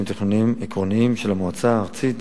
תכנוניים עקרוניים של המועצה הארצית